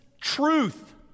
truth